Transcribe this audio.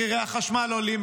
מחירי החשמל עולים,